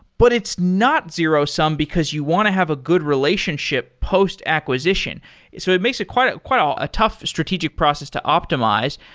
but it's not zero-sum because you want to have a good relationship post-acquisition. so it makes it quite ah quite ah a tough strategic process to optimize.